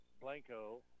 Blanco